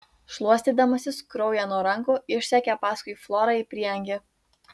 šluostydamasis kraują nuo rankų išsekė paskui florą į prieangį